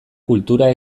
kultura